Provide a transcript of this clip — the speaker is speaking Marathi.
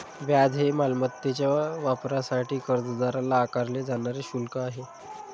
व्याज हे मालमत्तेच्या वापरासाठी कर्जदाराला आकारले जाणारे शुल्क आहे